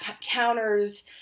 counters